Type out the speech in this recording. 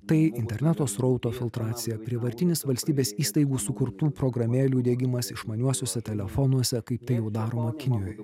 tai interneto srauto filtracija prievartinis valstybės įstaigų sukurtų programėlių degimas išmaniuosiuose telefonuose kaip tai jau daroma kinijoje